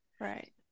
Right